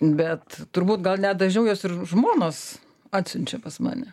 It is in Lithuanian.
bet turbūt gal net dažniau juos ir žmonos atsiunčia pas mane